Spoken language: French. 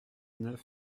neuf